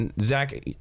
Zach